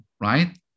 right